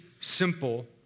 simple